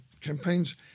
campaigns